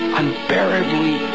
unbearably